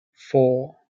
four